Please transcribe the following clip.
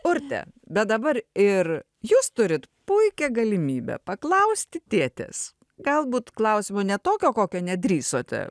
urte bet dabar ir jūs turit puikią galimybę paklausti tėtės galbūt klausimo ne tokio kokio nedrįsote